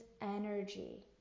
energy